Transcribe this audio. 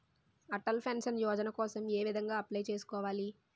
Atal pension Yojana కోసం ఏ విధంగా అప్లయ్ చేసుకోవాలి?